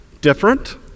different